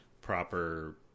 proper